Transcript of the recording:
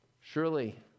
Surely